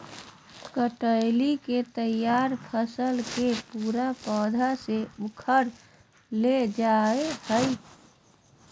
कटाई ले तैयार फसल के पूरे पौधा से उखाड़ लेल जाय हइ